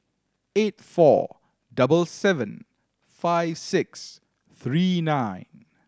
eight four double seven five six three nine